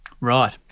Right